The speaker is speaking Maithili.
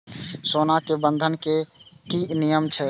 सोना के बंधन के कि नियम छै?